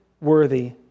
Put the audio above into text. worthy